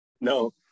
No